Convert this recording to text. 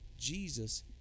jesus